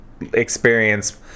experience